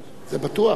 זה בטוח.